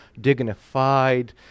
dignified